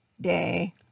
day